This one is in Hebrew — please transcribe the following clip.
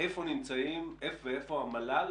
איפה המל"ל